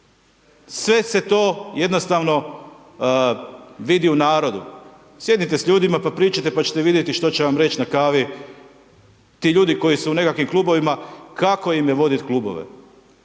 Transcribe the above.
sve se to jednostavno vidi u narodu, sjednite s ljudima pa pričajte pa ćete vidjeti što će vam reć na kavi, ti ljudi koji su u nekakvim klubovima, kako im je vodit klubove.